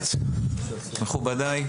מכובדיי,